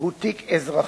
הוא תיק אזרחי,